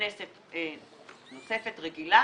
כנסת נוספת רגילה.